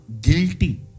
guilty